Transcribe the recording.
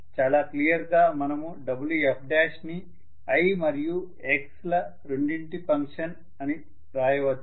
చాలా క్లియర్ గా మనము Wf ని i మరియు x రెండింటి యొక్క ఫంక్షన్ గా ను రాయవచ్చు